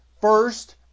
first